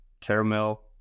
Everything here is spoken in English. Caramel